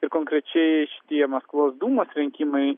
ir konkrečiai šitie maskvos dūmos rinkimai